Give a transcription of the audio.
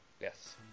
Yes